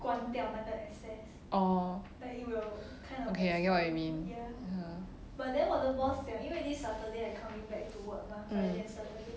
oh okay I get what you mean ya